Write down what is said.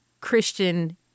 Christian